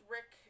Rick